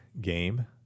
game